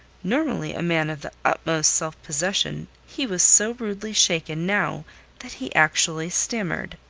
normally a man of the utmost self-possession he was so rudely shaken now that he actually stammered.